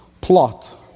Plot